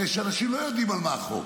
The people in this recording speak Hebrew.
הרי אנשים לא יודעים על מה החוק,